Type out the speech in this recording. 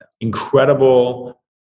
incredible